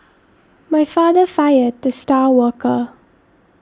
my father fired the star worker